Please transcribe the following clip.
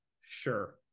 sure